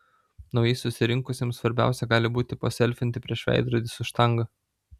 naujai susirinkusiems svarbiausia gali būti paselfinti prieš veidrodį su štanga